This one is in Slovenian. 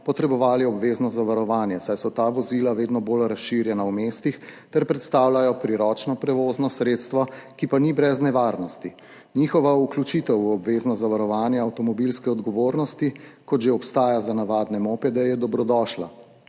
potrebovali obvezno zavarovanje, saj so ta vozila vedno bolj razširjena v mestih ter predstavljajo priročno prevozno sredstvo, ki pa ni brez nevarnosti. Njihova vključitev v obvezno zavarovanje avtomobilske odgovornosti, kot že obstaja za navadne mopede, je dobrodošla.